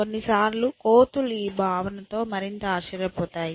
కొన్నిసార్లు కోతులు ఈ భావనతో మరింత ఆశ్చర్యపోతాయి